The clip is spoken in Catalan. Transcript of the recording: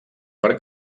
per